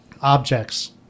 objects